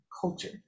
culture